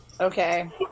okay